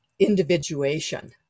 individuation